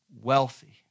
wealthy